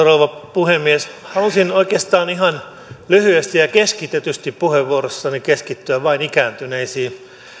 rouva puhemies halusin oikeastaan ihan lyhyesti ja keskitetysti puheenvuorossani keskittyä vain ikääntyneisiin